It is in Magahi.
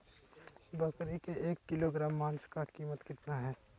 बकरी के एक किलोग्राम मांस का कीमत कितना है?